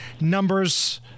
numbers